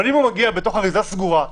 אבל אם הוא מגיע בתוך אריזה סגורה,